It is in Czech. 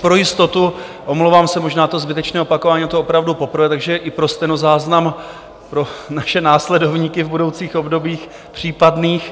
Pro jistotu, omlouvám se, možná je to zbytečné opakování, je to opravdu poprvé, takže i pro stenozáznam pro naše následovníky v budoucích obdobích případných.